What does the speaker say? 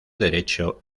derecho